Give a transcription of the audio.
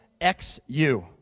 XU